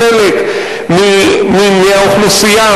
חלק מהאוכלוסייה,